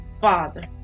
Father